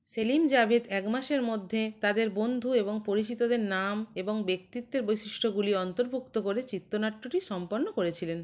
সেলিম জাভেদ এক মাসের মধ্যে তাদের বন্ধু এবং পরিচিতদের নাম এবং ব্যক্তিত্বের বৈশিষ্ট্যগুলি অন্তর্ভুক্ত করে চিত্রনাট্যটি সম্পন্ন করেছিলেন